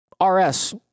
rs